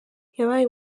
yabaye